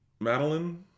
Madeline